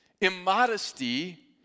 Immodesty